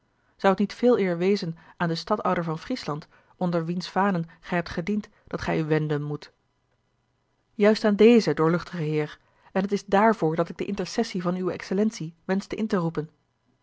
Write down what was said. zou t niet veeleer wezen aan den stadhouder van friesland onder wiens vanen gij hebt gediend dat gij u wenden moet juist aan dezen doorluchtige heer en t is daarvoor dat ik de intercessie van uwe excellentie wenschte in te roepen